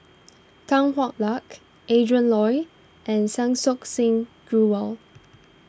Tan Hwa Luck Adrin Loi and Sansokh Singh Grewal